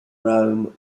rome